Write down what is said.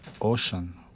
ocean